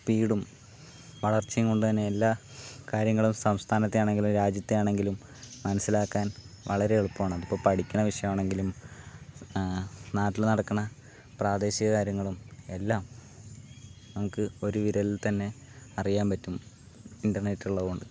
സ്പീഡും വളർച്ചയും കൊണ്ട് തന്നെ എല്ലാ കാര്യങ്ങളും സംസ്ഥാനത്താണെങ്കിലും രാജ്യത്തെ ആണെങ്കിലും മനസ്സിലാക്കാൻ വളരെ എളുപ്പമാണ് അത് ഇപ്പോൾ പഠിക്കണ വിഷയമാണെങ്കിലും നാട്ടില് നടക്കണ പ്രാദേശിക കാര്യങ്ങളും എല്ലാം നമുക്ക് ഒരു വിരലിൽ തന്നെ അറിയാൻ പറ്റും ഇൻറ്റനെറ്റ് ഉള്ളതുകൊണ്ട്